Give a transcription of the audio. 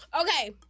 Okay